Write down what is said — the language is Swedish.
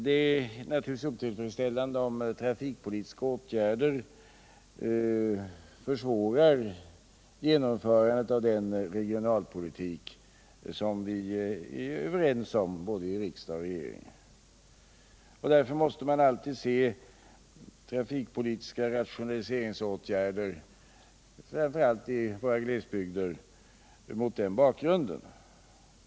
Det är naturligtvis otillfredsställande om trafikpolitiska åtgärder försvårar genomförandet av den regionalpolitik som vi är överens om i både riksdag och regering. Därför måste man alltid se trafikpolitiska rationaliseringsåtgärder framför allt i våra glesbygder mot den bakgrunden.